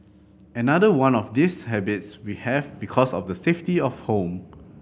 another one of these habits we have because of the safety of home